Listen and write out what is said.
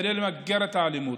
כדי למגר את האלימות,